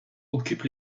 occupe